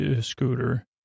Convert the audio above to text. Scooter